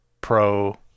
Pro